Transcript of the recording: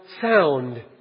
sound